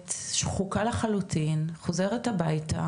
מטפלת שחוקה לחלוטין חוזרת הביתה,